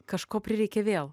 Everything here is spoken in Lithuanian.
kažko prireikė vėl